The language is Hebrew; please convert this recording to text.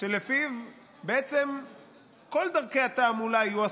שלפיו בעצם כל דרכי התעמולה יהיו אסורות,